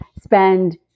spend